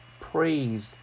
praised